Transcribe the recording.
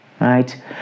right